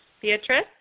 Beatrice